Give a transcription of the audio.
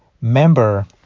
member